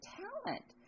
talent